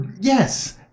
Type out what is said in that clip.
Yes